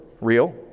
real